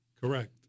Correct